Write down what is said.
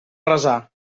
resar